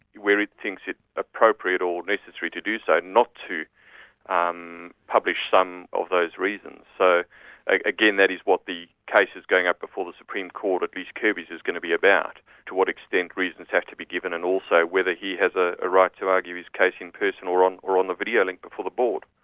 where it thinks it appropriate or necessary to do so, not to um publish some of those reasons. so again, that is what the cases going up before the supreme court, at least kirby's, is going to be about to what extent reasons have to be given and also whether he has a ah right to argue his case in person or on or on the videolink before the board.